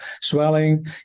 swelling